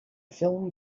film